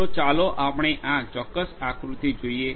તો ચાલો આપણે આ ચોક્કસ આકૃતિ જોઈએ